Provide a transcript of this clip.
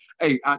Hey